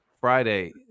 Friday